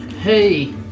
Hey